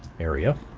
area.